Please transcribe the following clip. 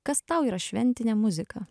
kas tau yra šventinė muzika